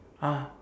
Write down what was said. ah